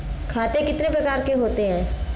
खाते कितने प्रकार के होते हैं?